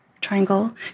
triangle